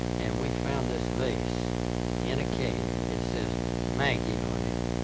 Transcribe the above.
and we found this vase in a cave, it says maggie on it.